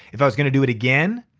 if i was gonna do it again,